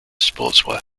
sportswear